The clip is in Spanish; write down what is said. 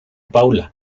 paula